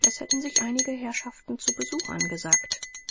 es hätten sich einige herrschaften zu besuch angesagt